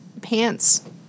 pants